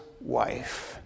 wife